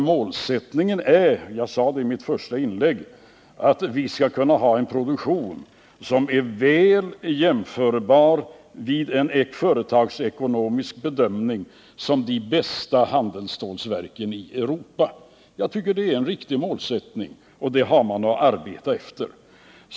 Målsättningen är, som jag sade i mitt första inlägg, att vår produktion skall vara väl jämförbar vid en företagsekonomisk bedömning med den som de bästa handelsstålverken i Europa har. Jag tycker att det är en riktig målsättning, och den har man att arbeta efter.